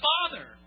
Father